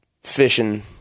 fishing